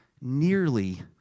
nearly